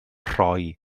rhoi